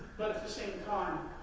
but at the same time,